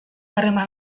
harreman